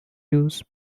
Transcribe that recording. used